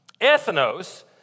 Ethnos